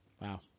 Wow